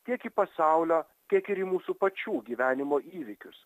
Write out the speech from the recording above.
tiek į pasaulio tiek ir į mūsų pačių gyvenimo įvykius